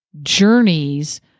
journeys